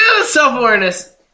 Self-awareness